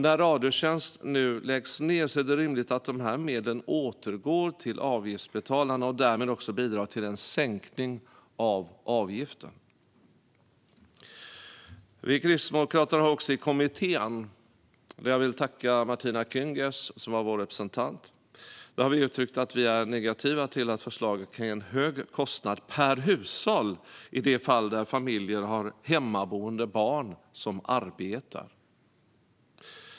När Radiotjänst nu läggs ned är det rimligt att dessa medel återgår till avgiftsbetalarna och därmed bidrar till en sänkning av avgiften. Vi kristdemokrater har också uttryckt i kommittén - jag vill tacka Martina Kyngäs, som var vår representant - att vi är negativa till att förslaget kan ge en hög kostnad per hushåll i de fall där familjer har hemmaboende barn som arbetar.